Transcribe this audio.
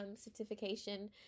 certification